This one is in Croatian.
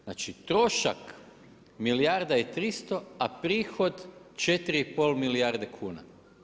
Znači trošak milijarda i 300, a prihod 4,5 milijarde kuna.